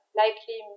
likely